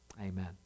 Amen